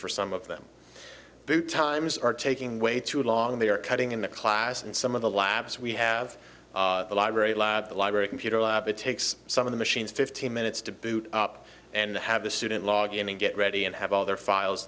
for some of them who times are taking way too long they are cutting into class in some of the labs we have a library the library computer lab it takes some of the machines fifteen minutes to boot up and have the student log in and get ready and have all their files